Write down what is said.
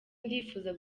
ndifuza